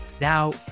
Now